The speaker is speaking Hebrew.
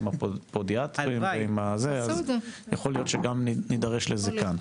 יכול להיות שגם נידרש לזה כאן,